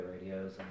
radios